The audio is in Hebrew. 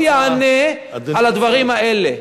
ושהוא יענה על הדברים האלה,